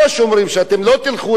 אתם לא תלכו לצבא,